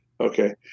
Okay